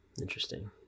Interesting